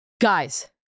Guys